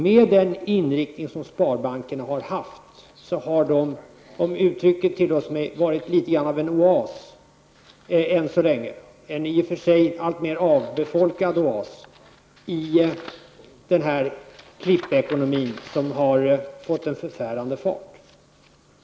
Med den inriktning som sparbankerna har haft, har de än så länge, om uttrycket tillåts mig, varit litet grand av en oas. Det har i och för sig varit en alltmer avbefolkad oas i den här klippekonomin, som har fått en förfärande fart.